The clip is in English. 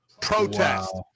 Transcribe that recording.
protest